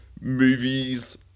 movies